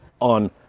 on